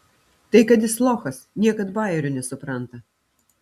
tai kad jis lochas niekad bajerių nesupranta